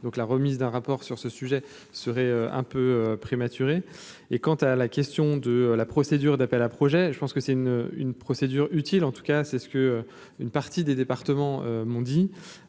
donc la remise d'un rapport sur ce sujet serait un peu prématuré et quant à la question de la procédure d'appel à projets, je pense que c'est une une procédure utile, en tout cas, c'est ce que une partie des départements, m'ont dit